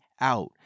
out